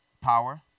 Power